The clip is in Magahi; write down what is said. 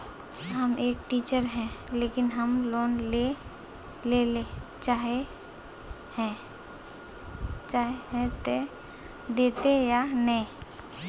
हम एक टीचर है लेकिन हम लोन लेले चाहे है ते देते या नय?